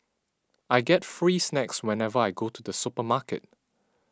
I get free snacks whenever I go to the supermarket